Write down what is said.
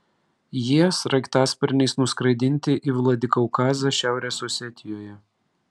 jie sraigtasparniais nuskraidinti į vladikaukazą šiaurės osetijoje